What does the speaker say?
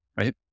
right